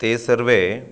ते सर्वे